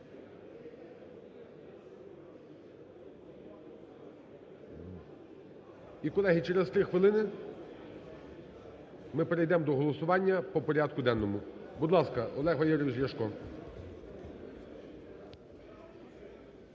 І, колеги, через 3 хвилини ми перейдемо до голосування по порядку денному. Будь ласка, Олег Валерійович Ляшко.